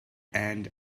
and